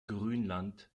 grünland